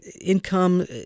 income